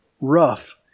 rough